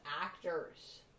actors